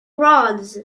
rods